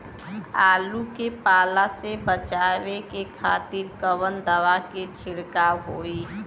आलू के पाला से बचावे के खातिर कवन दवा के छिड़काव होई?